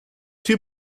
two